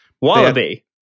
Wallaby